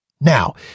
Now